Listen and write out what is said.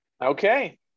Okay